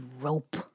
rope